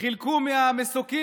חילקו מהמסוקים,